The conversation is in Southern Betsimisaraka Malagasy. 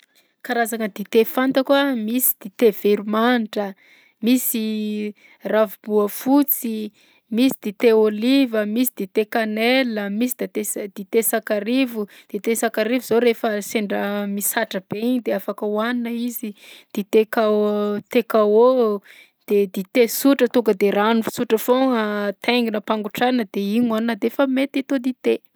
Karazagna dite fantako a: misy dite veromanitra misy ravimboafotsy, misy dite ôliva, misy dite cannelle, misy date sa- dite sakarivo, dite sakarivo zao rehefa sendra misatra be igny de afaka hohanina izy, dite ca- thé-cao, de dite sotra tonga de rano fisotra foagna ataingina ampangotrahana de igny hohanina de efa mety atao dite.